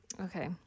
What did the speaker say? Okay